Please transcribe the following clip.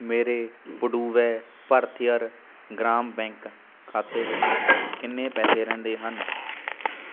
ਮੇਰੇ ਪੁਡੁਵੈ ਭਰਥਿਅਰ ਗ੍ਰਾਮ ਬੈਂਕ ਖਾਤੇ ਵਿੱਚ ਕਿੰਨੇ ਪੈਸੇ ਰਹਿੰਦੇ ਹਨ